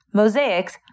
mosaics